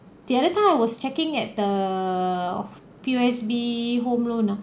the other time I was checking at the P_O_S_B home loan ah